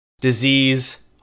disease